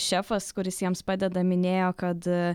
šefas kuris jiems padeda minėjo kad